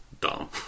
dumb